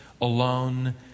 alone